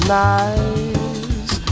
nice